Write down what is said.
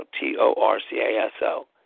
T-O-R-C-A-S-O